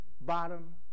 bottom